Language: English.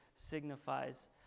signifies